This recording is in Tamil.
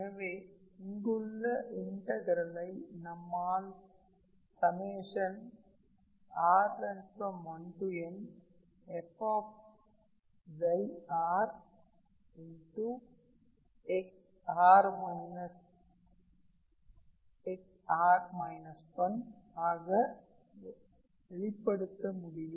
எனவே இங்குள்ள இன்டகரலை நம்மால்r1nfஆக வெளிப்படுத்த முடியும்